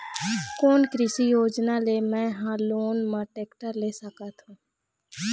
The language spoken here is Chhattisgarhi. कोन कृषि योजना ले मैं हा लोन मा टेक्टर ले सकथों?